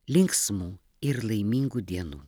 linksmų ir laimingų dienų